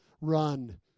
Run